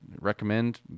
Recommend